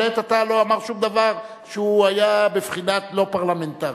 הוא לעת עתה לא אמר שום דבר שהוא היה בבחינת לא פרלמנטרי.